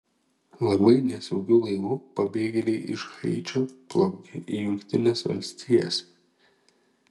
labai nesaugiu laivu pabėgėliai iš haičio plaukia į jungtines valstijas